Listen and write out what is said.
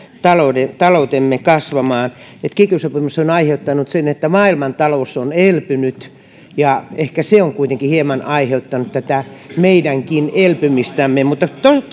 taloutemme kasvamaan että kiky sopimus on aiheuttanut sen että maailmantalous on elpynyt ehkä se on kuitenkin hieman aiheuttanut tätä meidänkin elpymistämme mutta